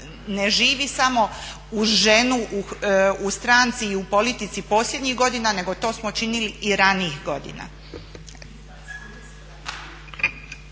ne živi samo uz ženu u stranci i u politici posljednjih godina nego to smo činili i ranijih godina.